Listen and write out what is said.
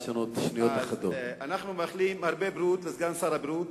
אנחנו מאחלים הרבה בריאות לסגן שר הבריאות